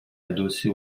adossé